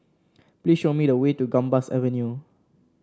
please show me the way to Gambas Avenue